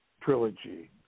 Trilogy